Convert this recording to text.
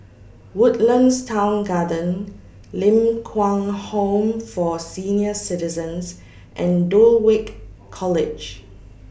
Woodlands Town Garden Ling Kwang Home For Senior Citizens and Dulwich College